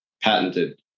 patented